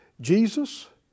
Jesus